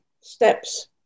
steps